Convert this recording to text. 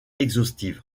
exhaustive